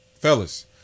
Fellas